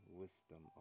wisdom